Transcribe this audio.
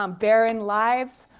um barren lives,